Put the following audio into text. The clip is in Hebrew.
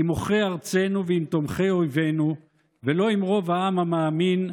עם עוכרי ארצנו ועם תומכי אויבינו ולא עם רוב העם המאמין,